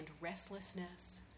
restlessness